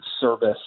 service